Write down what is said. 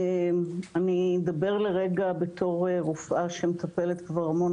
אני אדבר לרגע בתור רופאה שמטפלת כבר המון